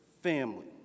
family